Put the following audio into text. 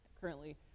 currently